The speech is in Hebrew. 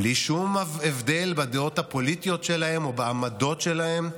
בלי שום הבדל מה הדעות הפוליטיות שלהם או העמדות שלהם,